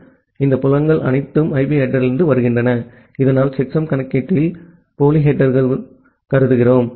எனவே இந்த புலங்கள் அனைத்தும் ஐபி ஹெட்டெர்லிருந்து வருகின்றன இதனால் செக்சம் கணக்கீட்டில் போலி ஹெட்டெர்நாங்கள் கருதுகிறோம்